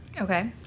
Okay